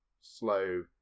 slow